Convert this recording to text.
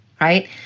right